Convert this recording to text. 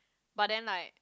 but then like